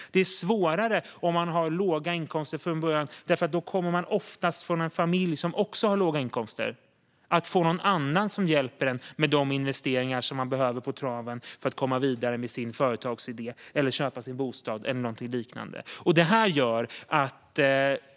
Det är svårare om man har låga inkomster från början - man kommer då ofta från en familj som också har låga inkomster - att få någon som hjälper en på traven med de investeringar man behöver för att komma vidare med sin företagsidé, köpa en bostad eller något liknande.